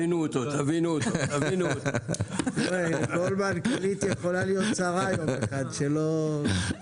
נעסוק גם בהצעת תקנות התקשורת.